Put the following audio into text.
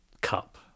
cup